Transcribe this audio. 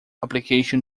application